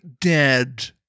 dead